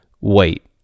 wait